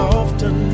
often